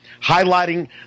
highlighting